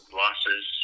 losses